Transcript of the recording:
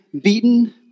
beaten